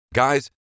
Guys